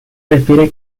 refiere